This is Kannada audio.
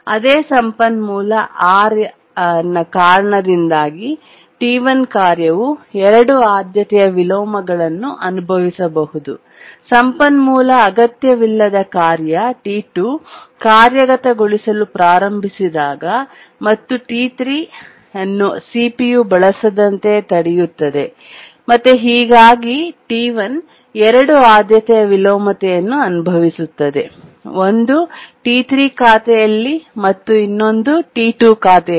ಅದೇ ಸಂಪನ್ಮೂಲ R ಯ ಕಾರಣದಿಂದಾಗಿ T1 ಕಾರ್ಯವು 2 ಆದ್ಯತೆಯ ವಿಲೋಮಗಳನ್ನು ಅನುಭವಿಸಬಹುದು ಸಂಪನ್ಮೂಲ ಅಗತ್ಯವಿಲ್ಲದ ಕಾರ್ಯ T2 ಕಾರ್ಯಗತಗೊಳಿಸಲು ಪ್ರಾರಂಭಿಸಿದಾಗ ಮತ್ತು T3 ಅನ್ನು ಸಿಪಿಯು ಬಳಸದಂತೆ ತಡೆಯುತ್ತದೆ ಮತ್ತು ಹೀಗಾಗಿ T1 2 ಆದ್ಯತೆಯ ವಿಲೋಮತೆಯನ್ನು ಅನುಭವಿಸುತ್ತದೆ ಒಂದು T3 ಖಾತೆಯಲ್ಲಿ ಮತ್ತು ಇನ್ನೊಂದು T2 ಖಾತೆಯಲ್ಲಿ